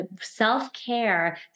self-care